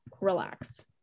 relax